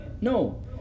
No